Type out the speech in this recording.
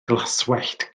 glaswellt